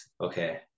okay